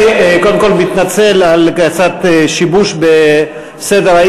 אני קודם כול מתנצל על קצת שיבוש בסדר-היום,